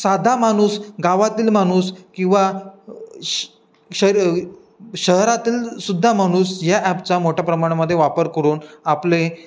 साधा माणूस गावातील माणूस किंवा श शहरं शहरातील सुद्धा माणूस या ॲपचा मोठ्या प्रमाणामध्ये वापर करून आपले